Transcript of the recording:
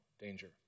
danger